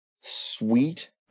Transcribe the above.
sweet